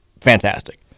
fantastic